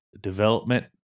development